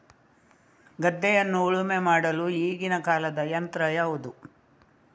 ಗದ್ದೆಯನ್ನು ಉಳುಮೆ ಮಾಡಲು ಈಗಿನ ಕಾಲದ ಯಂತ್ರ ಯಾವುದು?